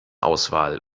auswahl